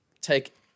take